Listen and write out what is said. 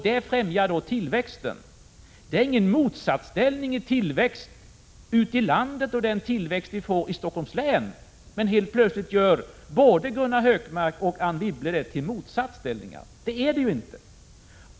Det främjar tillväxten. Det är ingen motsatsställning mellan tillväxt ute i landet och den tillväxt vi får i Stockholms län. Men helt plötsligt gör både Gunnar Hökmark och Anne Wibble detta till motsatsställningar. Det är det ju inte.